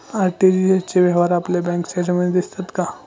RTGS चे व्यवहार आपल्या बँक स्टेटमेंटमध्ये दिसतात का?